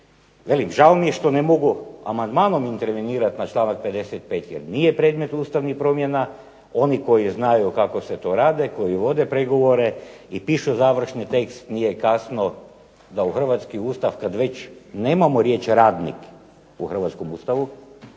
Velim žao mi je što ne mogu amandmanom intervenirati na članak 55. jer nije predmet ustavnih promjena. Oni koji znaju kako se to radi, koji vode pregovore i pišu završni tekst nije kasno da u hrvatski Ustav kad već nemamo riječ radnik u hrvatskom Ustavu,